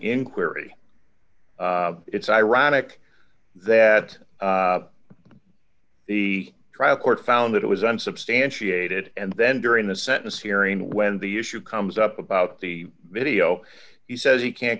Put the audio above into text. inquiry it's ironic that the trial court found that it was unsubstantiated and then during the sentencing hearing when the issue comes up about the video he says he can't